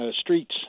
streets